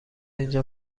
اینجا